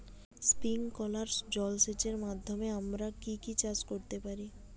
Sprinkler জলসেচের মাধ্যমে আমরা কি কি চাষ করতে পারি?